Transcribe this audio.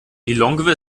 lilongwe